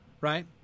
right